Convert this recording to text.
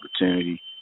opportunity